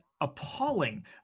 appalling